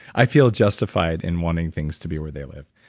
i feel justified in wanting things to be where they live.